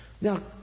now